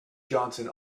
johnson